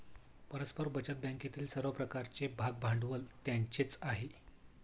परस्पर बचत बँकेतील सर्व प्रकारचे भागभांडवल त्यांचेच आहे